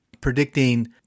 predicting